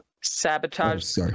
sabotage